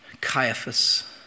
Caiaphas